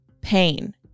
pain